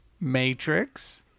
Matrix